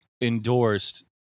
endorsed